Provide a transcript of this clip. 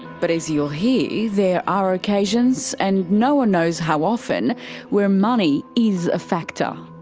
but as you'll hear there are occasions and no one knows how often where money is a factor.